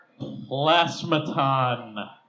Plasmaton